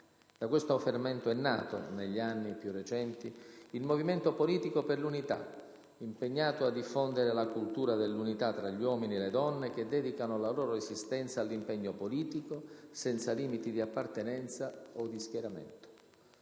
Da questo fermento è nato, negli anni più recenti, il Movimento politico per l'unità, impegnato a diffondere la cultura dell'unità tra gli uomini e le donne che dedicano la loro esistenza all'impegno politico, senza limiti di appartenenza o di schieramento.